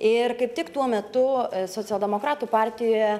ir kaip tik tuo metu socialdemokratų partijoje